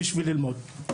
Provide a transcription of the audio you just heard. בשביל ללמוד.